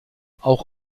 auch